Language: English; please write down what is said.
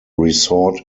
resort